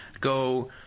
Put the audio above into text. go –